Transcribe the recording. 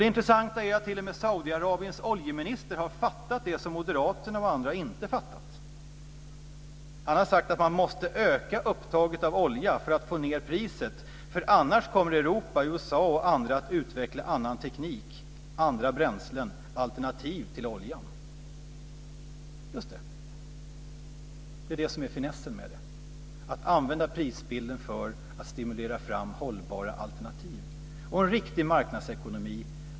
Det intressanta är att t.o.m. Saudiarabiens oljeminister har fattat det som moderater och andra inte har fattat. Han har sagt att man måste öka upptaget av olja för att få ned priset, för annars kommer Europa, USA och andra att utveckla annan teknik och andra bränslen, alternativ till oljan. Just det, det är det som är finessen; att använda prisbilden för att stimulera fram hållbara alternativ.